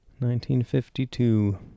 1952